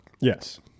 Yes